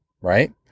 right